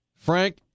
Frank